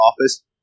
office